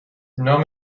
نام